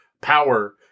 power